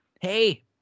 hey